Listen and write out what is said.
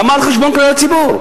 למה על חשבון כלל הציבור?